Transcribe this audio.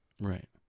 right